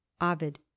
avid